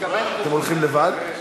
אתם הולכים לבד?